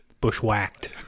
Bushwhacked